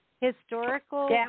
Historical